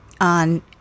on